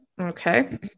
Okay